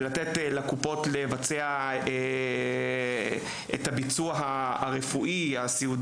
ולתת לקופות לבצע את הביצוע הסיעודי.